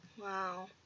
Wow